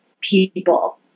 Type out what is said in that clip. people